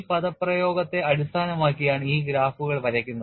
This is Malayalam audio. ഈ പദപ്രയോഗത്തെ അടിസ്ഥാനമാക്കിയാണ് ഈ ഗ്രാഫുകൾ വരയ്ക്കുന്നത്